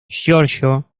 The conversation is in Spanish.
giorgio